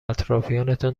اطرافیانتان